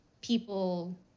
people